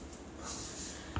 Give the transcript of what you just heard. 你有 timetable 不是我